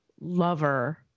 lover